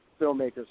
filmmakers